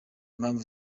mpamvu